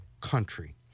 country